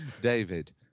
David